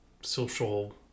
social